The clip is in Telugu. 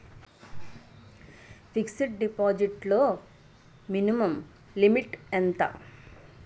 ఫిక్సడ్ డిపాజిట్ లో మినిమం లిమిట్ ఎంత?